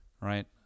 right